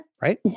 right